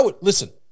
Listen